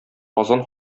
казан